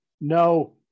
no